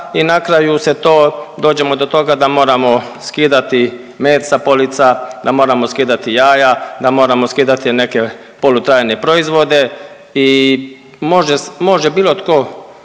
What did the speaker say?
i na kraju se to, dođemo do toga da moramo skidati med sa polica, da moramo skidati jaja, da moramo skidati neke polutrajne proizvode i može, može bilo tko